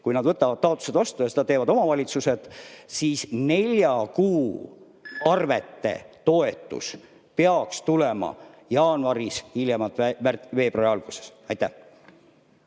kui nad võtavad taotlused vastu, ja seda teevad omavalitsused, siis nelja kuu arvete toetus peaks tulema jaanuaris, hiljemalt veebruari alguses. Aitäh!